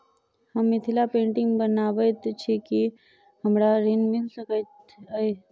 हम मिथिला पेंटिग बनाबैत छी की हमरा ऋण मिल सकैत अई?